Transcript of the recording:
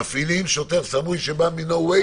מפעילים שוטר סמוי שבא מ-no way?